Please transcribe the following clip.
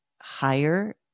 higher